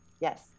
Yes